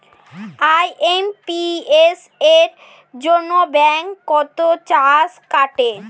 IMPS এর জন্য bank কত চার্জ কাটে?